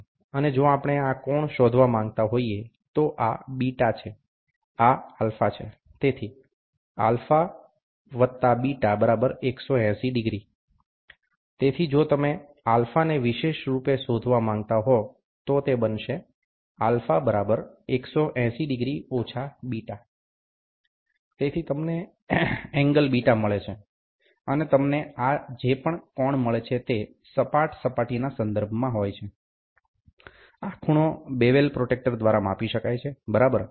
અને જો આપણે આ કોણ શોધવા માંગતા હોઇએ તો આ β છે આ α છે તેથી α β 180 ° તેથી જો તમે α ને વિશેષ રૂપે શોધવા માંગતા હો તો તે બનશે α 180 °− β તેથી તમને એંગલ β મળે છે અને તમને આ જે પણ કોણ મળે છે તે સપાટ સપાટીના સંદર્ભમાં હોય છે આ ખૂણો બેવલ પ્રોટ્રેક્ટર દ્વારા માપી શકાય છે બરાબર